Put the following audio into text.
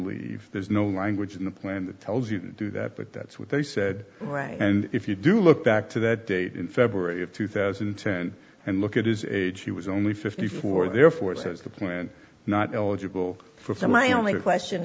leave there's no language in the plan that tells you to do that but that's what they said right and if you do look back to that date in february of two thousand and ten and look at his age he was only fifty four therefore says the plan not eligible for my only question